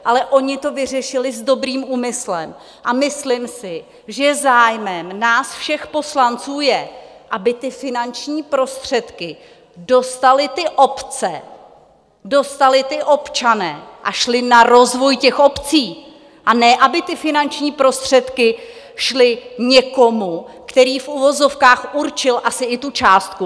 Ale oni to vyřešili s dobrým úmyslem a myslím si, že je zájmem nás všech poslanců, aby ty finanční prostředky dostaly ty obce, dostali ti občané a šly na rozvoj těch obcí, a ne aby ty finanční prostředky šly někomu, který v uvozovkách určil asi i tu částku.